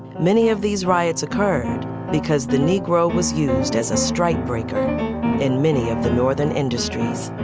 many of these riots occurred because the negro was used as a strike breaker in many of the northern industries